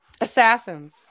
Assassins